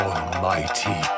Almighty